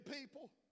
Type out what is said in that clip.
people